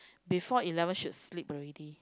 before eleven should sleep already